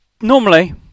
normally